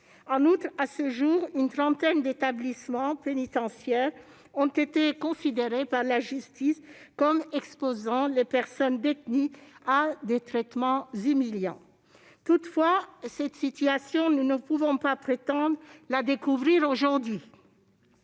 En outre, à ce jour, une trentaine d'établissements pénitentiaires a été considérée par la justice comme exposant les personnes détenues à des traitements humiliants. Cette situation, nous ne pouvons pas prétendre la découvrir aujourd'hui